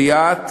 לליאת,